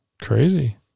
crazy